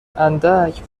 اندک